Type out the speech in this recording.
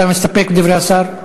אתה מסתפק בדברי השר?